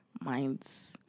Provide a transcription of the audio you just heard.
minds